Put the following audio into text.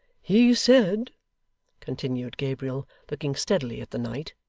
he said continued gabriel, looking steadily at the knight,